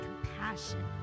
compassion